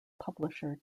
publisher